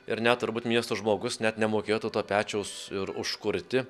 ir net turbūt miesto žmogus net nemokėtų to pečiaus ir užkurti